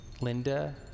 Linda